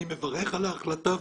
אני מברך על ההחלטה.